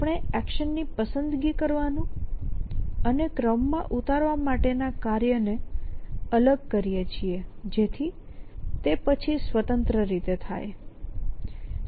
આપણે એક્શન ની પસંદગી કરવાનું અને ક્રમમાં ઉતારવા માટેના કાર્યને અલગ કરીએ છીએ જેથી તે પછી સ્વતંત્ર રીતે થાય